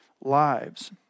lives